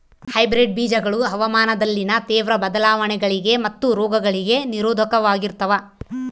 hybrid ಬೇಜಗಳು ಹವಾಮಾನದಲ್ಲಿನ ತೇವ್ರ ಬದಲಾವಣೆಗಳಿಗೆ ಮತ್ತು ರೋಗಗಳಿಗೆ ನಿರೋಧಕವಾಗಿರ್ತವ